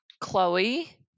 Chloe